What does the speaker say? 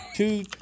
Two